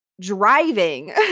driving